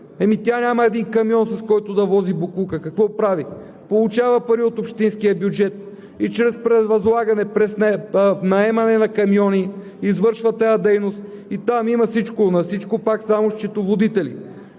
няма един камион, с който да вози боклука. Какво прави? Получава пари от общинския бюджет и чрез превъзлагане, чрез наемане на камиони извършва тази дейност. Там има всичко на всичко пак само счетоводители.